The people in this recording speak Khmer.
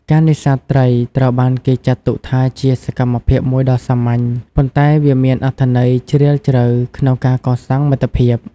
ការនេសាទត្រីត្រូវបានគេចាត់ទុកថាជាសកម្មភាពមួយដ៏សាមញ្ញ ប៉ុន្តែវាមានអត្ថន័យជ្រាលជ្រៅក្នុងការកសាងមិត្តភាព។